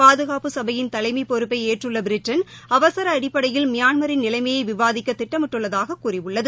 பாதுகாப்பு சபையின் தலைமை பொறுப்பை ஏற்றுள்ள பிரிட்டன் அவசர அடிப்படையில் மியான்மரின் நிலைமையை விவாதிக்க திட்டமிடப்பட்டுள்ளதாக கூறியுள்ளது